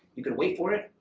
you can wait for it,